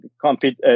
compete